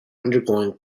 undergoing